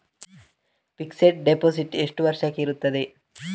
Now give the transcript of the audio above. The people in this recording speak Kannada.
ಫಿಕ್ಸೆಡ್ ಡೆಪೋಸಿಟ್ ಎಷ್ಟು ವರ್ಷಕ್ಕೆ ಇರುತ್ತದೆ?